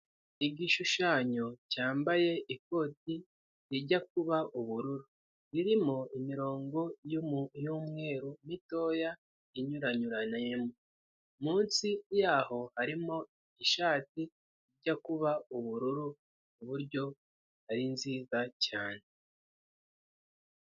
Igishushanyo cyambaye ikoti rijya kuba ubururu ririmo imirongo y'umweru mitoya inyuranyuraniyemo. Munsi yaho harimo ishati ijya kuba ubururu kuburyo ari nziza cyane.